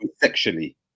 sexually